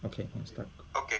okay you can start